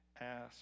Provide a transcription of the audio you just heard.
ask